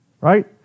right